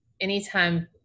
anytime